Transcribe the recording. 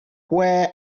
where